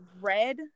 red